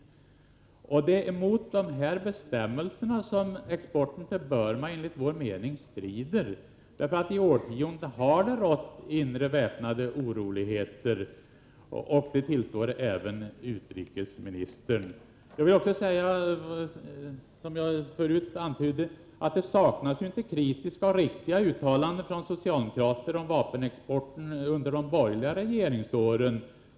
Det är mot dessa bestämmelser som exporten till Burma enligt vår mening strider, därför att det där i årtionden har rått inre väpnade oroligheter, vilket även utrikesministern tillstår. Jag vill också säga, som jag förut antydde, att det inte saknades kritiska och riktiga uttalanden från socialdemokrater om vapenexporten under de borgerliga regeringsåren.